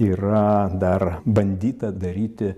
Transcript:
yra dar bandyta daryti